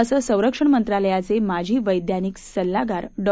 असं संरक्षण मंत्रालयाचे माजी वैज्ञानिक सल्लागार डॉ